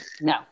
No